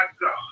God